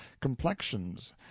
complexions